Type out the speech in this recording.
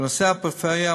בנושא הפריפריה,